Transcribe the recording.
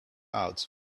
out